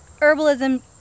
herbalism